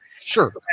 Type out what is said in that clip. Sure